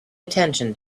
attention